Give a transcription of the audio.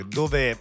dove